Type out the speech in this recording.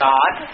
God